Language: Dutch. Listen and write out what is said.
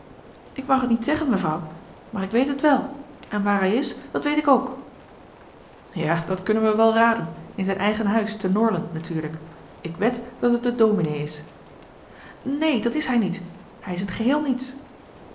ik mag t niet zeggen mevrouw maar ik weet het wèl en waar hij is dat weet ik ook ja dat kunnen we wel raden in zijn eigen huis te norland natuurlijk ik wed dat het de dominé is neen dàt is hij niet hij is in t geheel niets